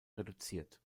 reduziert